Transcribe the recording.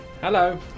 hello